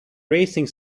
racing